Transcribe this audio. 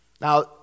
Now